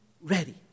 ready